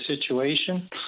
situation